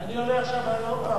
אני עולה עכשיו עוד פעם.